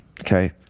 okay